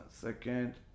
second